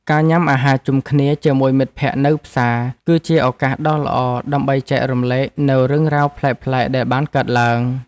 ការញ៉ាំអាហារជុំគ្នាជាមួយមិត្តភក្តិនៅផ្សារ គឺជាឱកាសដ៏ល្អដើម្បីចែករំលែកនូវរឿងរ៉ាវប្លែកៗដែលបានកើតឡើង។